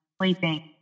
sleeping